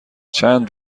چند